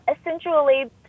essentially